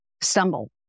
stumble